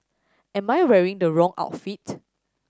am I wearing the wrong outfit